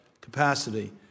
capacity